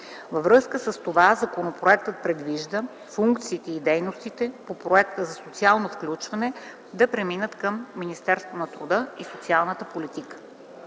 Във връзка с това законопроектът предвижда функциите и дейностите по Проекта за социално включване да преминат към Министерството на труда и социалната политика.